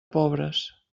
pobres